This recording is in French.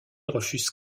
refuse